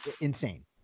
insane